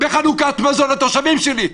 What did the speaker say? בחלוקת מזון לתושבים שלי,